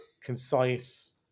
concise